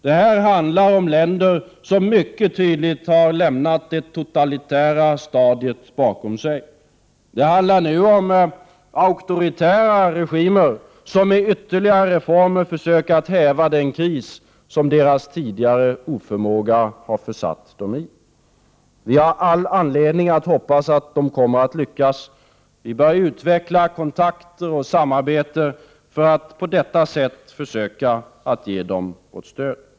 Det här handlar om länder som mycket tydligt har lämnat det totalitära stadiet bakom sig. Det handlar nu om auktoritära regimer som med ytterligare reformer försöker att häva den kris som deras oförmåga har försatt dem i. Vi har all anledning att hoppas att de kommer att lyckas. Vi bör utveckla kontakter och samarbete för att på detta sätt försöka att ge dem vårt stöd.